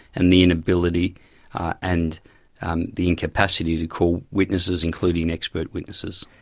and the inability and and the incapacity to call witnesses, including expert witnesses.